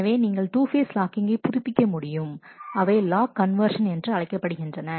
எனவே நீங்கள் 2 ஃபேஸ் லாக்கிங்கை புதுப்பிக்க முடியும் அவை லாக் கன்வெர்ஷன் என்று அழைக்கப்படுகின்றன